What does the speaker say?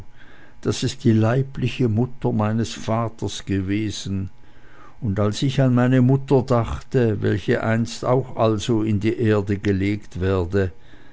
daß es die leibliche mutter meines vaters gewesen und an meine mutter dachte welche einst auch also in die erde gelegt werde